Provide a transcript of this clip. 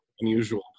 unusual